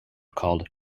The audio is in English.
called